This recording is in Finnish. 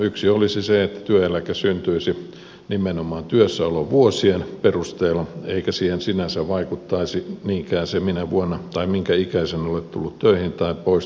yksi olisi se että työeläke syntyisi nimenomaan työssäolovuosien perusteella eikä siihen sinänsä vaikuttaisi niinkään se minä vuonna tai minkä ikäisenä olet tullut töihin tai poistut työelämästä